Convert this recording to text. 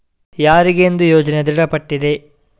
ಯಾರಿಗೆಂದು ಯೋಜನೆ ದೃಢಪಟ್ಟಿದೆ?